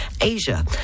Asia